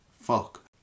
fuck